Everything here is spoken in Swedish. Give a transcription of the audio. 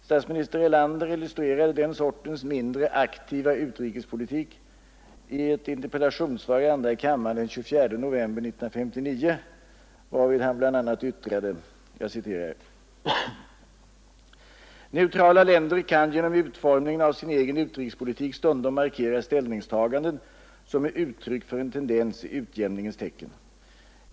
Statsminister Erlander illustrerade den sortens mindre aktiva utrikespolitik i ett interpellationssvar i andra kammaren den 24 november 1959, varvid han bl.a. yttrade: ”Neutrala länder kan genom utformningen av sin egen utrikespolitik stundom markera ställningstaganden som är uttryck för en tendens i utjämningens tecken.